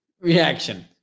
reaction